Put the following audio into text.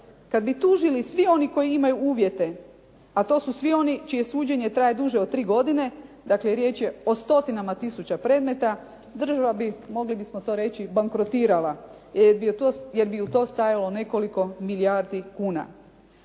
Kada bi tužili svi oni koji imaju uvjete, a to su svi oni čije suđenje traje od tri godine, dakle riječ je o stotinama tisuća predmeta, država bi mogli bismo tako reći bankrotirala, jer bi ju to stajalo nekoliko milijuna kuna.